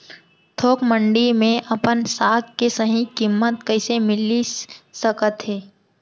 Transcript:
थोक मंडी में अपन साग के सही किम्मत कइसे मिलिस सकत हे?